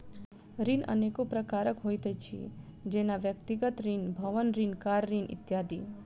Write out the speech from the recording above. ऋण अनेको प्रकारक होइत अछि, जेना व्यक्तिगत ऋण, भवन ऋण, कार ऋण इत्यादि